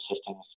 systems